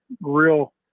real